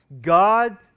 God